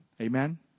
Amen